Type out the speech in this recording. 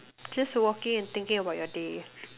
just walking and thinking about your day